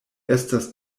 estas